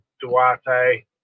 Duarte